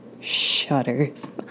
Shudders